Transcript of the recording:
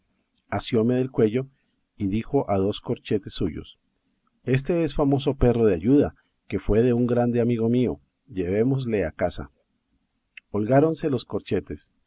asióme del cuello y dijo a dos corchetes suyos éste es famoso perro de ayuda que fue de un grande amigo mío llevémosle a casa holgáronse los corchetes